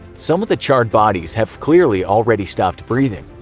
some of the charred bodies have clearly already stopped breathing.